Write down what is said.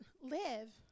live